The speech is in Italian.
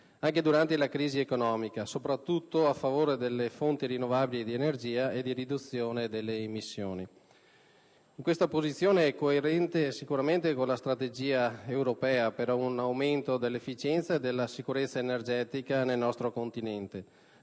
anche durante la crisi economica, soprattutto a favore delle fonti rinnovabili di energia e di riduzione delle emissioni. Questa posizione è coerente con la strategia europea per un aumento dell'efficienza e della sicurezza energetica nel nostro continente,